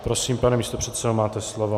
Prosím, pane místopředsedo, máte slovo.